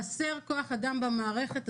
חסר כוח אדם במערכת,